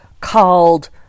called